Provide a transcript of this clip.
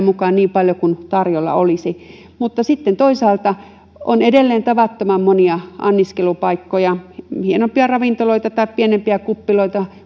mukaan niin paljon kuin tarjolla olisi mutta sitten toisaalta on edelleen tavattoman monia anniskelupaikkoja hienompia ravintoloita tai pienempiä kuppiloita